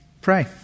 pray